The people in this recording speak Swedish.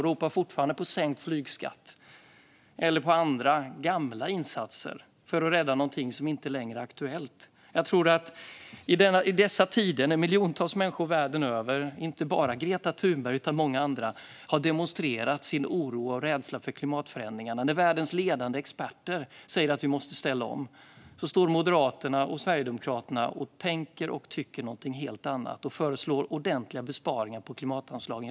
De ropar fortfarande på sänkt flygskatt eller på andra gamla insatser för att rädda någonting som inte längre är aktuellt. I dessa tider när miljontals människor världen över, inte bara Greta Thunberg, har demonstrerat sin oro och rädsla för klimatförändringarna och när världens ledande experter säger att vi måste ställa om står Moderaterna och Sverigedemokraterna och tänker och tycker någonting helt annat. De föreslår ordentliga besparingar på klimatanslagen.